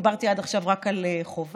דיברתי עד עכשיו רק על חובה,